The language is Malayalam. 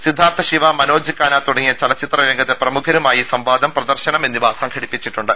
സിദ്ധാർത്ഥശിവ മനോജ് കാന തുടങ്ങിയ ചലച്ചിത്ര രംഗത്തെ പ്രമുഖരുമായി സംവാദം പ്രദർശനം എന്നിവ സംഘടിപ്പിച്ചിട്ടുണ്ട്